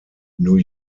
new